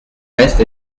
reste